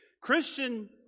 Christian